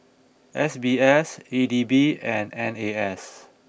S B S E D B and N A S